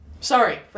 Sorry